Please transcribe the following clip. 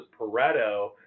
Pareto